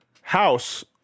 House